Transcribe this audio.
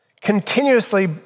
Continuously